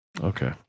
Okay